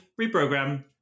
reprogram